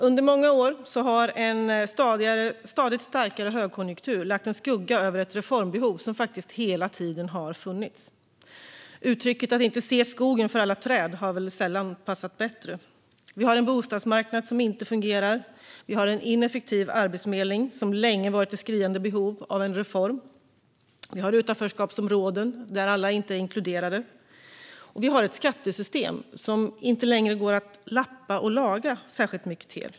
Under många år har en stadigt starkare högkonjunktur lagt en skugga över ett reformbehov som hela tiden har funnits. Uttrycket att inte se skogen för alla träd har sällan passat bättre. Vi har en bostadsmarknad som inte fungerar. Vi har en ineffektiv arbetsförmedling som länge har varit i skriande behov av en reform. Vi har utanförskapsområden där alla inte är inkluderade. Vi har ett skattesystem som inte längre går att lappa och laga särskilt mycket till.